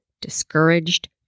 discouraged